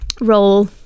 role